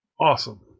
Awesome